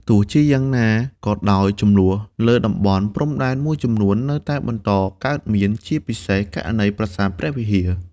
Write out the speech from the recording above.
ទោះជាយ៉ាងណាក៏ដោយ ជម្លោះលើតំបន់ព្រំដែនមួយចំនួននៅតែបន្តកើតមាន ជាពិសេសករណី ប្រាសាទព្រះវិហារ។